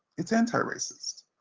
it's anti-racist.